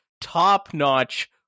top-notch